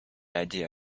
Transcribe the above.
idea